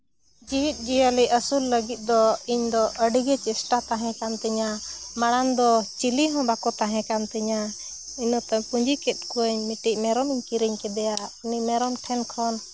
ᱡᱤᱣᱤᱫ ᱡᱤᱭᱟᱹᱞᱤ ᱟᱹᱥᱩᱞ ᱞᱟᱹᱜᱤᱫ ᱫᱚ ᱤᱧ ᱫᱚ ᱟᱹᱰᱤ ᱜᱮ ᱪᱮᱥᱴᱟ ᱛᱟᱦᱮᱸ ᱠᱟᱱ ᱛᱤᱧᱟᱹ ᱢᱟᱲᱟᱝ ᱫᱚ ᱪᱤᱞᱤ ᱦᱚᱸ ᱵᱟᱠᱚ ᱛᱟᱦᱮᱸᱠᱟᱱ ᱛᱤᱧᱟᱹ ᱚᱱᱟᱛᱮ ᱯᱩᱸᱡᱤ ᱠᱚᱫ ᱠᱚᱣᱟᱹᱧ ᱢᱤᱫᱴᱤᱡ ᱢᱮᱨᱚᱢ ᱠᱤᱨᱤᱧ ᱠᱮᱫᱮᱭᱟ ᱩᱱᱤ ᱢᱮᱨᱚᱢ ᱴᱷᱮᱱ ᱠᱷᱚᱱ